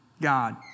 God